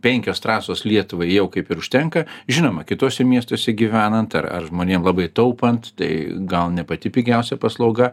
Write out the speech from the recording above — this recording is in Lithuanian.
penkios trasos lietuvai jau kaip ir užtenka žinoma kituose miestuose gyvenant ar ar žmonėm labai taupant tai gal ne pati pigiausia paslauga